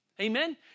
Amen